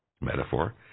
metaphor